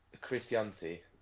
Christianity